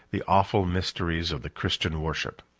the awful mysteries of the christian worship.